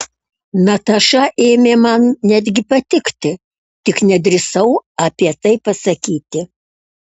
nataša ėmė man netgi patikti tik nedrįsau apie tai pasakyti